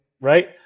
right